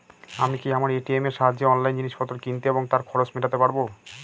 আমি কি আমার এ.টি.এম এর সাহায্যে অনলাইন জিনিসপত্র কিনতে এবং তার খরচ মেটাতে পারব?